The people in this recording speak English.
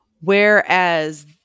Whereas